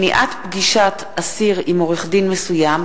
(מניעת פגישת אסיר עם עורך-דין מסוים),